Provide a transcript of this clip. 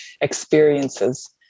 experiences